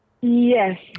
Yes